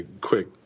quick